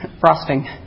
frosting